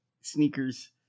Sneakers